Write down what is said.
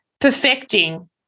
Perfecting